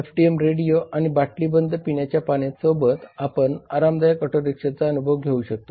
FM radio आणि बाटलीबंद पिण्याच्या पाण्यासोबत आपण आरामदायक ऑटो रिक्षाचा अनुभवघेऊ शकता